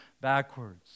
backwards